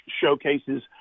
showcases